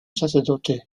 sacerdote